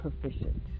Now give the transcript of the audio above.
proficient